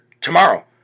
tomorrow